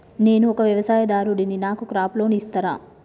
నేను ఒక వ్యవసాయదారుడిని నాకు క్రాప్ లోన్ ఇస్తారా?